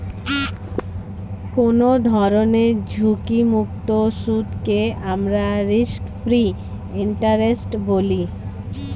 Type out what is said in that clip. কোনো ধরনের ঝুঁকিমুক্ত সুদকে আমরা রিস্ক ফ্রি ইন্টারেস্ট বলি